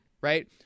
right